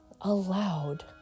allowed